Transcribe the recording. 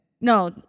No